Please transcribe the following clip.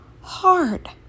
hard